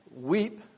weep